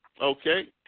Okay